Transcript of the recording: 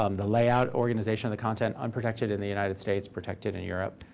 um the layout organization of the content, unprotected in the united states, protected in europe.